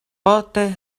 pote